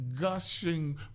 gushing